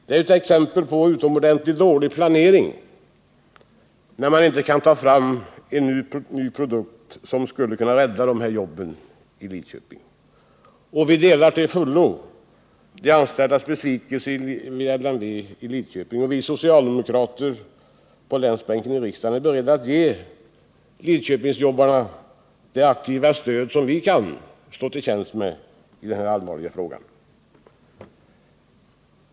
Det är ett exempel på utomordentligt dålig planering, när man inte kan ta fram en ny produkt som skulle kunna rädda de här jobben i Lidköping. Vi delar till fullo den besvikelse de anställda vid LMV i Lidköping känner. Vi socialdemokrater på länsbänken i riksdagen är beredda att ge Lidköpingsjobbarna vårt aktiva stöd i denna allvarliga fråga.